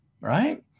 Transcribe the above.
right